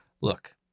Look